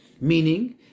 Meaning